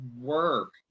work